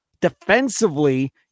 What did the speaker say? Defensively